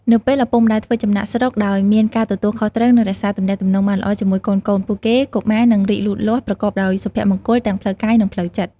នៅពេលឪពុកម្តាយធ្វើចំណាកស្រុកដោយមានការទទួលខុសត្រូវ និងរក្សាទំនាក់ទំនងបានល្អជាមួយកូនៗពួកគេ កុមារនឹងរីកលូតលាស់ប្រកបដោយសុភមង្គលទាំងផ្លូវកាយ និងផ្លូវចិត្ត។